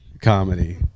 comedy